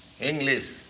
English